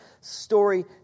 story